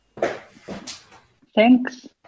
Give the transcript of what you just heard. thanks